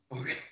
okay